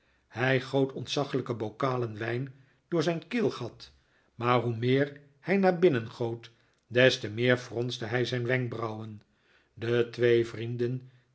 hij goot ontzaglijke bokalen wijn door zijn keelgat maar hoe meer hij naar binnen goot des te meer fronste hij zijn wenkbrauwen de twee vrienden